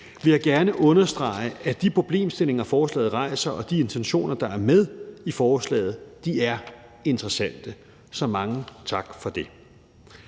vil jeg gerne understrege, at de problemstillinger, forslaget rejser, og de intentioner, der er med i forslaget, er interessante. Så mange tak for det.